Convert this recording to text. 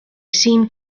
seemed